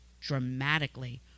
dramatically